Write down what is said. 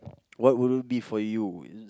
what would it be for you is